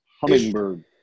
Hummingbird